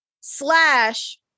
slash